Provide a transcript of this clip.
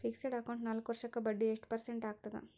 Fixed account ನಾಲ್ಕು ವರ್ಷಕ್ಕ ಬಡ್ಡಿ ಎಷ್ಟು ಪರ್ಸೆಂಟ್ ಆಗ್ತದ?